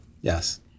Yes